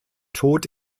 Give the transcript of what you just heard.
tod